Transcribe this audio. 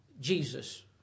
Jesus